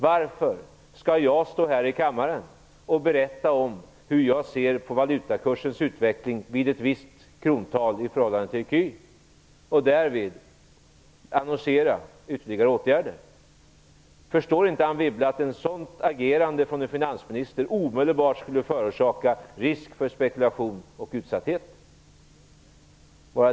Varför skall jag här i kammaren berätta hur jag ser på valutakursens utveckling vid ett visst krontal i förhållande till ecun och därmed annonsera ytterligare åtgärder? Förstår inte Anne Wibble att ett sådant agerande av en finansminister omedelbart skulle medföra risk för spekulation och utsatthet?